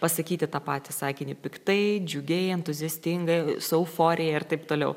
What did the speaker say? pasakyti tą patį sakinį piktai džiugiai entuziastingai su euforija ir taip toliau